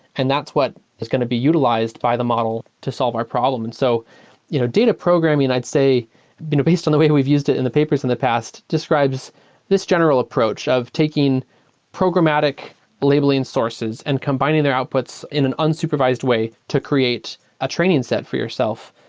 and that's what is going to be utilized by the model to solve our problem. and so you know data programming i'd say based on the way we've used in the papers in the past describes this general approach of taking programmatic labeling sources and combining their outputs in an unsupervised way to create a training set for yourself.